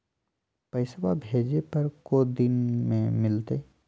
पैसवा भेजे पर को दिन मे मिलतय?